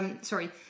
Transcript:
sorry